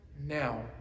now